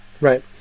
right